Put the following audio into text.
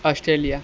Australia